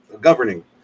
governing